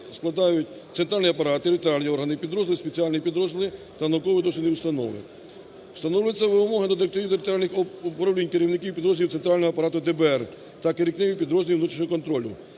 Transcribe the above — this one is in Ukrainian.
складають центральний апарат, територіальні органи, підрозділи, спеціальні підрозділи та науково-дослідні установи. Встановлюються вимоги до таких територіальних управлінь, керівників підрозділів центрального апарату ДБР та керівників підрозділу внутрішнього контролю